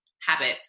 habits